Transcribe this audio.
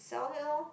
sell it lor